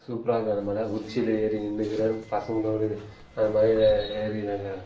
சூப்பராக இருக்கும் அந்த மலை உச்சியில் ஏறி நின்றுகுற பசங்களோடு அந்த மலையில் ஏறி நாங்கள்